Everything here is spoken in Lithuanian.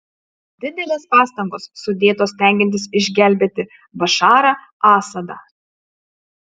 didelės pastangos sudėtos stengiantis išgelbėti bašarą asadą